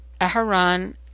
Aharon